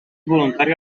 volontari